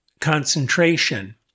concentration